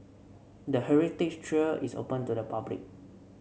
the heritage trail is open to the public